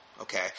okay